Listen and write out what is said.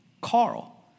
Carl